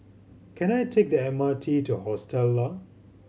can I take the M R T to Hostel Lah